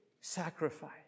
sacrifice